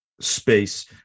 space